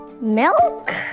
Milk